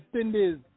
Indies